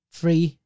free